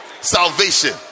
Salvation